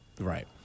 Right